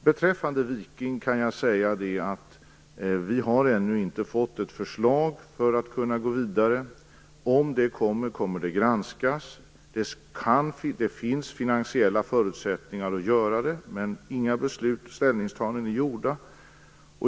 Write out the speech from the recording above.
Beträffande Viking har vi ännu inte fått något förslag för att kunna gå vidare. Om det kommer, så kommer det att granskas. Det finns finansiella förutsättningar, men inga beslut har fattats och inte ställningstaganden är gjorda.